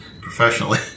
professionally